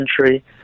century